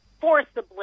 forcibly